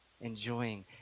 Enjoying